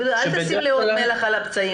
יהודה, אל תזרה לי עוד מלח על הפצעים.